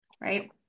Right